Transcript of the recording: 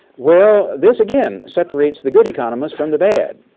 well this again separates the good economists from the bad.